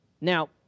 Now